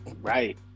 Right